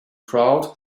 crowd